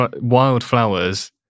wildflowers